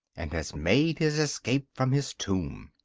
and has made his escape from his tomb.